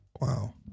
Wow